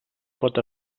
pot